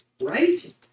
right